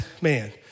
man